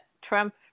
Trump